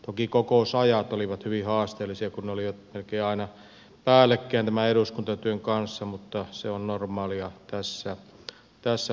toki kokousajat olivat hyvin haasteellisia kun ne olivat melkein aina päällekkäin tämän eduskuntatyön kanssa mutta se on normaalia tässä luottamustehtävässä